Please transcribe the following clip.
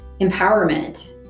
empowerment